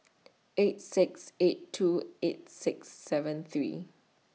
eight six eight two eight six seven three